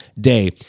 day